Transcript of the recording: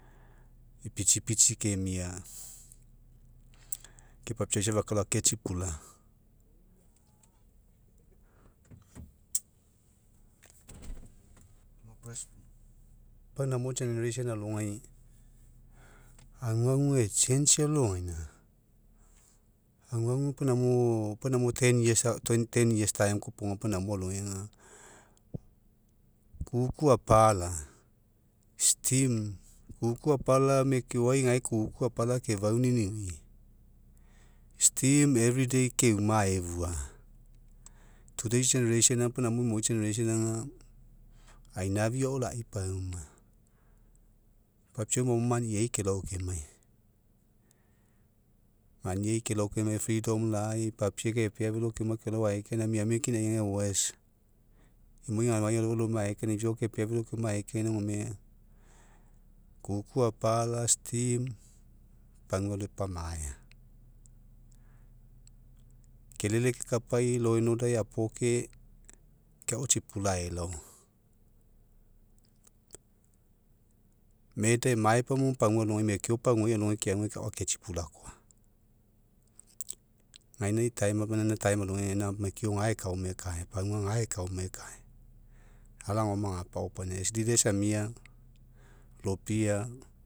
Ipitsipitsi kemia. Ke papiau safa akelao ake tsipula pau namo generation alogai aguagu e'changei alogaina, aguagu pau namo pau namo ten years time kopoga pau namo kuku apala, steam kuku apala mekeoai kuku apala kefauniniui. Steam everyday keuma aefua today's generation aga pau namo isa imoi generation aga ainafii ao lai pauma, papiau maoai maniai kelao kemai. Maniai kelao kemai freedom lai papie kepea felo keoma kelao aekaina, miamia kinai aga o'oae imoi ifiao kepea felo keoma aekaina gome kuku apala steam pagua alo epamaea. Kelele kekapai law and order eapoke kai ao tsipula aelao. Murder emae paumamo pagua alogai mekeo paguai alogai keagu kai ao. Gainai time gaina time alogai mekeo ga eka oma ekae, ala agaoma agapaopaina, gamia lopia